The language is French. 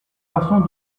façons